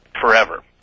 forever